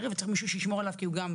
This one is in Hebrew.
וצריך מישהו שישמור עליו כי הוא חלה.